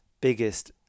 biggest